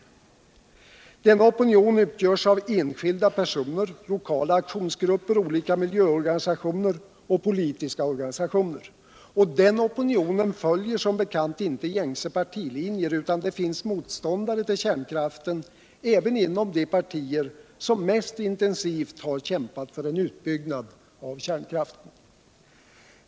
Denna opinion utgörs av enskilda personer, lokala aktionsgrupper, olika miljöorganisationer och politiska organisationer. Den opinionen följer som bekant inte gängse partilinjer, utan det finns motståndare till kärnkraften även inom de paruier som mest intensivt har kämpat för en utbyggnad av kärnkraften.